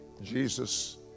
Jesus